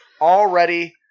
already